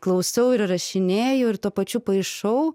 klausau ir rašinėju ir tuo pačiu paišau